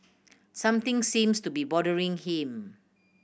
something seems to be bothering him